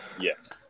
yes